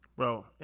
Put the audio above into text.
Bro